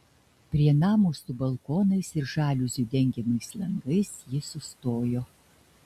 prie namo su balkonais ir žaliuzių dengiamais langais jis sustojo